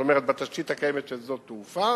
זאת אומרת, בתשתית הקיימת של שדות התעופה.